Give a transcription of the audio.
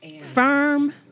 firm